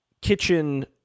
kitchen